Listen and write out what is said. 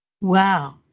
Wow